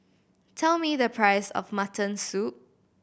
tell me the price of mutton soup